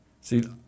See